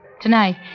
Tonight